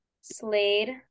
Slade